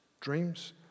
dreams